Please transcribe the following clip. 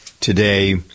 today